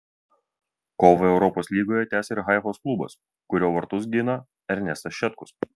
kovą europos lygoje tęs ir haifos klubas kurio vartus gina ernestas šetkus